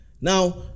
Now